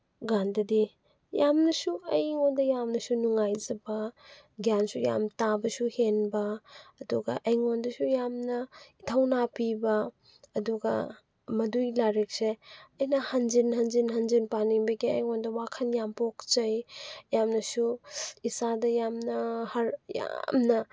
ꯀꯥꯟꯗꯗꯤ ꯌꯥꯝꯅꯁꯨ ꯑꯩꯉꯣꯟꯗ ꯌꯥꯝꯅꯁꯨ ꯅꯨꯡꯉꯥꯏꯖꯕ ꯒ꯭ꯌꯥꯟꯁꯨ ꯌꯥꯝ ꯇꯥꯕꯁꯨ ꯍꯦꯟꯕ ꯑꯗꯨꯒ ꯑꯩꯉꯣꯟꯗꯁꯨ ꯌꯥꯝꯅ ꯏꯊꯧꯅꯥ ꯄꯤꯕ ꯑꯗꯨꯒ ꯃꯗꯨꯒꯤ ꯂꯥꯏꯔꯤꯛꯁꯦ ꯑꯩꯅ ꯍꯟꯖꯤꯟ ꯍꯟꯖꯤꯟ ꯍꯟꯖꯤꯟ ꯄꯥꯅꯤꯡꯕꯒꯤ ꯑꯩꯉꯣꯟꯗ ꯋꯥꯈꯜ ꯌꯥꯝ ꯄꯣꯛꯆꯩ ꯌꯥꯝꯅꯁꯨ ꯏꯁꯥꯗ ꯌꯥꯝꯅ ꯌꯥꯝꯅ